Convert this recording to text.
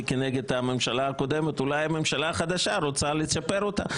כנגד הממשלה הקודמת אולי הממשלה החדשה רוצה לצ'פר אותה,